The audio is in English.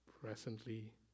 presently